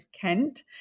Kent